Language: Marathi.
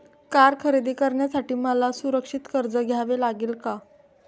कार खरेदी करण्यासाठी मला सुरक्षित कर्ज घ्यावे लागेल का?